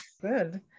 Good